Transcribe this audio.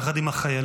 יחד עם החיילים,